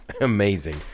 amazing